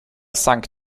sank